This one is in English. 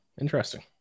Interesting